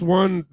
one